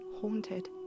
Haunted